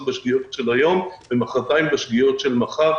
בשגיאות של היום ומחרתיים בשגיאות של מחר,